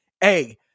Hey